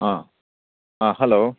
ꯑꯥ ꯑꯥ ꯍꯜꯂꯣ